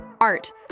art